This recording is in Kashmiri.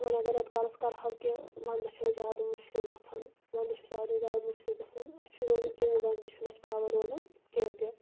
وۄنۍ اَگر رٮ۪تہٕ کالَس کَرہاو کیٚنٛہہ ونٛدَس چھُ اَسہِ زیادٕ مُشکِل گژھان ونٛدَس چھُ ساروی زیادٕ مُشکِل گژھان اَسہِ چھُ روزان ژوٚوُہ گَنٹہٕ چھُنہٕ اَسہِ پاوَر روزان کیٚنٛہہ تہِ